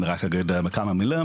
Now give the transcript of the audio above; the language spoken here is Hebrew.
אני רק אגיד בכמה מלים,